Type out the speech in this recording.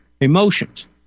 emotions